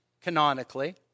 canonically